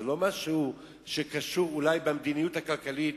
זה לא משהו שקשור אולי במדיניות הקלוקלת